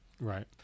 Right